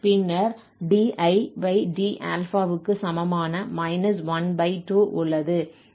பின்னர் dId∝ க்கு சமமான 12 உள்ளது